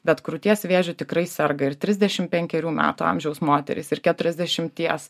bet krūties vėžiu tikrai serga ir trisdešim penkerių metų amžiaus moterys ir keturiasdešimties